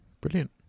Brilliant